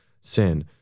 sin